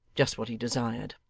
just what he desired!